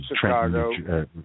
Chicago